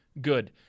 Good